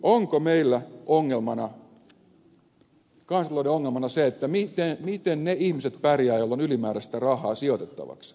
onko meillä kansantalouden ongelmana se miten ne ihmiset pärjäävät joilla on ylimääräistä rahaa sijoitettavaksi